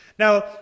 Now